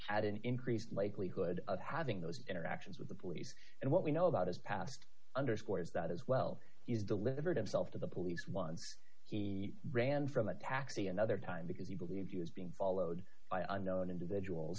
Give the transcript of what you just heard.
had an increased likelihood of having those interactions with the police and what we know about his past underscores that as well he's delivered himself to the police once he ran from a taxi another time because he believed he was being followed by unknown individuals